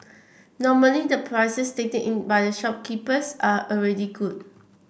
normally the prices stated in by the shopkeepers are already good